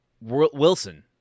Wilson